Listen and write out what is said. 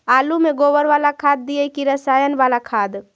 आलु में गोबर बाला खाद दियै कि रसायन बाला खाद?